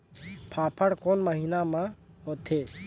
फाफण कोन महीना म होथे?